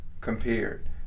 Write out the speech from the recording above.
compared